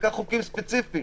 חוקקה חוקים ספציפיים,